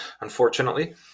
unfortunately